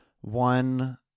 one